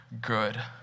good